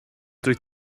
dwyt